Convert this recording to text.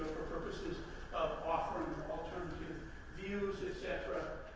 purposes of offering alternative views, etcetera.